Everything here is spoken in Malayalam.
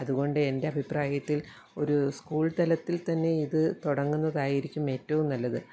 അതുകൊണ്ട് എൻ്റെ അഭിപ്രായത്തിൽ ഒരു സ്കൂൾ തലത്തിൽ തന്നെ ഇത് തുടങ്ങുന്നതായിരിക്കും ഏറ്റവും നല്ലത്